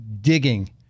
digging